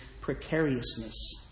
precariousness